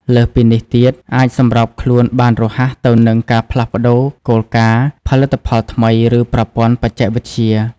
លើសពីនេះទៀត អាចសម្របខ្លួនបានរហ័សទៅនឹងការផ្លាស់ប្ដូរគោលការណ៍ ផលិតផលថ្មី ឬប្រព័ន្ធបច្ចេកវិទ្យា។